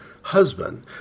husband